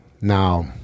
Now